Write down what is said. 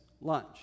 lunch